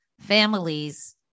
families